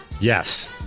Yes